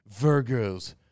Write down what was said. Virgos